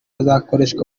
azakoreshwa